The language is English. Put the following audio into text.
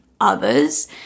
others